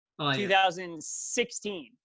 2016